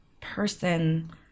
person